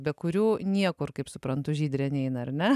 be kurių niekur kaip suprantu žydrė neina ar ne